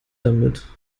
damit